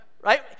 Right